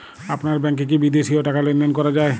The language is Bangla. আপনার ব্যাংকে কী বিদেশিও টাকা লেনদেন করা যায়?